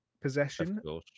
possession